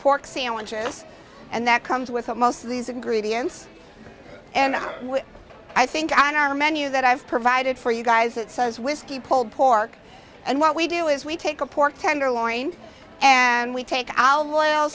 pork sandwiches and that comes with most of these ingredients and i think on our menu that i've provided for you guys it says whiskey pulled pork and what we do is we take a pork tenderloin and we take ou